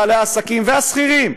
בעלי העסקים והשכירים,